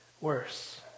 worse